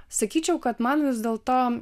sakyčiau kad man vis dėlto